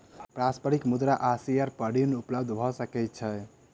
पारस्परिक मुद्रा आ शेयर पर ऋण उपलब्ध भ सकै छै